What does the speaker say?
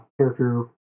character